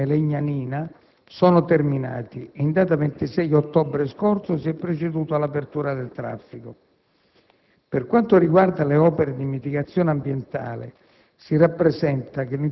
n. 2 "Melegnanina" sono terminati e, in data 26 ottobre scorso, si è proceduto all'apertura al traffico. Per quanto riguarda le opere di mitigazione ambientale,